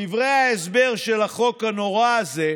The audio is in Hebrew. בדברי ההסבר של החוק הנורא הזה,